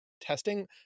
testing